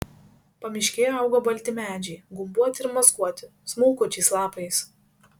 pamiškėje augo balti medžiai gumbuoti ir mazguoti smulkučiais lapais